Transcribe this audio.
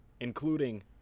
including